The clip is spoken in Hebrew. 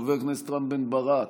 חבר הכנסת רם בן ברק,